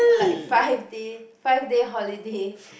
like five day five day holiday